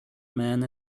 man